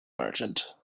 merchant